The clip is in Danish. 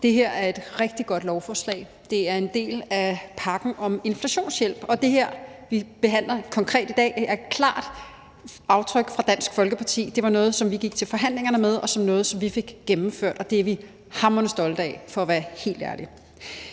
Det her er et rigtig godt lovforslag. Det er en del af pakken om inflationshjælp, og det forslag, vi konkret behandler i dag, har klare aftryk fra Dansk Folkeparti. Det var noget, som vi gik til forhandlingerne med, og noget, som vi fik gennemført, og det er vi hamrende stolte af, for at være helt ærlig.